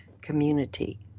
community